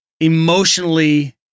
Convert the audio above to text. emotionally